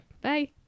Bye